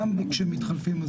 גם כשמתחלפים,